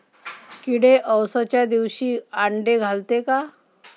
किडे अवसच्या दिवशी आंडे घालते का?